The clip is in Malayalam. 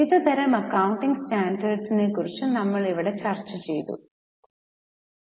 വിവിധ തരം അക്കൌണ്ടിംഗ് സ്റ്റാൻഡേർഡ്സിനെ കുറിച്ച നമ്മൾ ഇവിടെ ചർച്ച ചെയ്തു മാണ്